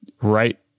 right